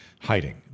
hiding